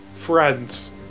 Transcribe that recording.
Friends